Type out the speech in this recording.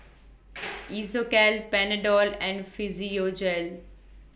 Isocal Panadol and Physiogel